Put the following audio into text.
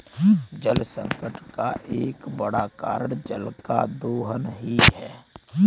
जलसंकट का एक बड़ा कारण जल का दोहन ही है